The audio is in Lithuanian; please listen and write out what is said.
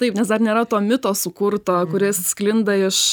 taip nes dar nėra to mito sukurto kuris sklinda iš